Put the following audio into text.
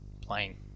playing